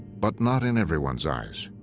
but not in everyone's eyes.